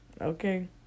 okay